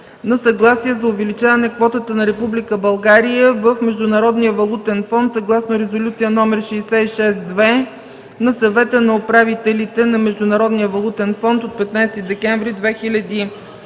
на съгласие за увеличаване квотата на Република България в Международния валутен фонд, съгласно Резолюция № 66-2 на Съвета на управителите на Международния валутен фонд от 15 декември 2010